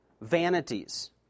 Vanities